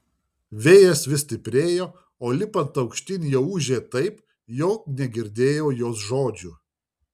vėjas vis stiprėjo o lipant aukštyn jau ūžė taip jog negirdėjau jos žodžių